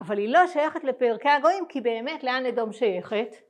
אבל היא לא שייכת לפרקי הגויים, כי באמת, לאן אדום שייכת?